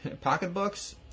pocketbooks